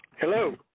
Hello